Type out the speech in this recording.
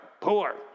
poor